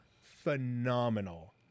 phenomenal